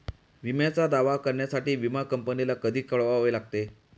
विम्याचा दावा करण्यासाठी विमा कंपनीला कधी कळवावे लागते?